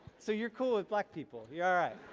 so you're cool with black people. you're alright.